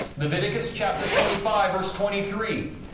leviticus, chapter twenty five, verse twenty three,